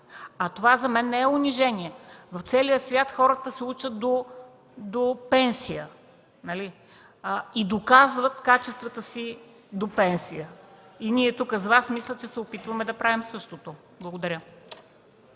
Това за мен не е унижение. В целия свят хората се учат и доказват качествата си до пенсия. Ние с Вас тук мисля, че се опитваме да правим същото. Благодаря.